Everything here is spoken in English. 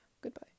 goodbye